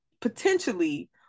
potentially